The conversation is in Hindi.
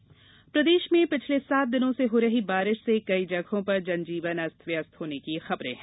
बारिश प्रदेश में पिछले सात दिनों से हो रही बारिश से कई जगहों पर जनजीवन अस्त व्यस्त होने की खबरें हैं